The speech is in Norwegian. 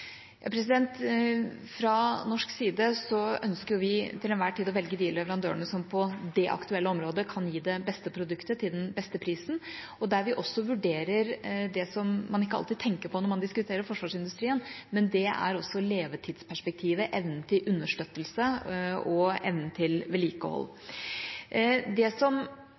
Fra norsk side ønsker vi til enhver tid å velge de leverandørene som på det aktuelle området kan gi det beste produktet til den beste prisen, og der vi også vurderer det som man ikke alltid tenker på når man diskuterer forsvarsindustrien: levetidsperspektivet, evnen til understøttelse og evnen til vedlikehold. Det som